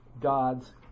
God's